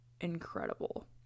incredible